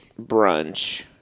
brunch